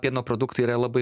pieno produktai yra labai